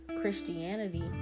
Christianity